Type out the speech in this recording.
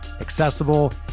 accessible